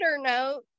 note